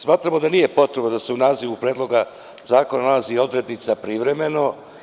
Smatramo da nije potrebno da se u nazivu Predloga zakona nalazi odrednica – privremeno.